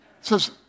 says